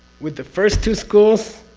with the first two schools,